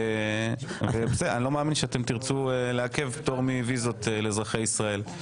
אני לא מאמין שאתם תרצו לעכב פטור מוויזות לאזרחי ישראל.